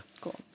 Cool